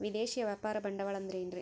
ವಿದೇಶಿಯ ವ್ಯಾಪಾರ ಬಂಡವಾಳ ಅಂದರೆ ಏನ್ರಿ?